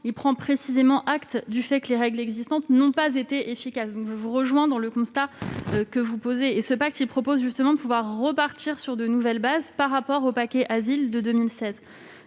prend précisément acte du fait que les règles existantes n'ont pas été efficaces. Je vous rejoins donc sur le constat que vous posez. Ce pacte propose justement de repartir sur de nouvelles bases par rapport au paquet Asile de 2016.